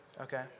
Okay